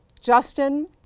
Justin